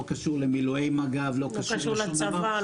לא קשור למילואי מג"ב, לא קשור לצבא.